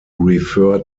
refer